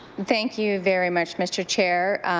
thank you very much, mr. chair.